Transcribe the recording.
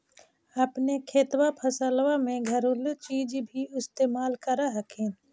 अपने खेतबा फसल्बा मे घरेलू चीज भी इस्तेमल कर हखिन?